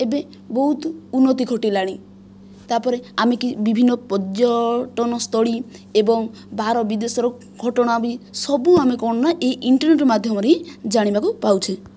ଏବେ ବହୁତ ଉନ୍ନତି ଘଟିଲାଣି ତା'ପରେ ଆମେ କେହି ବିଭିନ୍ନ ପର୍ଯ୍ୟଟନ ସ୍ଥଳୀ ଏବଂ ବାହାର ବିଦେଶର ଘଟଣା ବି ସବୁ ଆମେ କ'ଣ ନା ଏହି ଇଣ୍ଟରନେଟ ମାଧ୍ୟମରେ ହିଁ ଜାଣିବାକୁ ପାଉଛେ